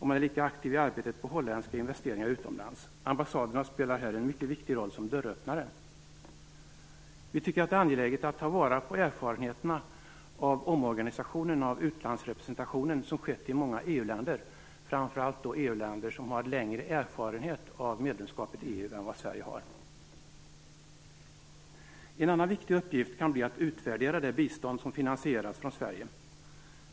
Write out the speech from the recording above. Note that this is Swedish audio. Man är lika aktiv i arbetet för holländska investeringar utomlands. Ambassaderna spelar här en mycket viktig roll som dörröppnare. Vi tycker att det är angeläget att ta vara på erfarenheterna av den omorganisation av utlandsrepresentationen som skett i många EU-länder, framför allt i EU-länder som har längre erfarenhet av medlemskapet än vad Sverige har. En annan viktig uppgift kan bli att utvärdera det bistånd som finansieras från Sverige.